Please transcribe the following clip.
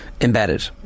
embedded